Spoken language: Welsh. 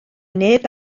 neb